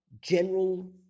general